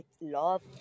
love